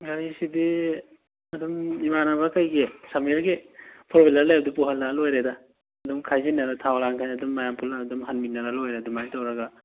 ꯒꯥꯔꯤꯁꯤꯗꯤ ꯑꯗꯨꯝ ꯏꯃꯥꯟꯅꯕ ꯑꯇꯩꯒꯤ ꯁꯃꯤꯔꯒꯤ ꯐꯣꯔ ꯍ꯭ꯋꯤꯂꯔ ꯂꯩꯕꯗꯨ ꯄꯨꯍꯜꯂꯛꯑꯒ ꯂꯣꯏꯔꯦꯗ ꯑꯗꯨꯝ ꯈꯥꯏꯖꯤꯟꯅꯔꯒ ꯊꯥꯎ ꯂꯥꯡ ꯀꯩ ꯃꯌꯥꯝ ꯄꯨꯟꯅ ꯑꯗꯨꯝ ꯍꯥꯟꯃꯤꯟꯅꯔ ꯂꯣꯏꯔꯦ ꯑꯗꯨꯃꯥꯏꯅ ꯇꯧꯔꯒ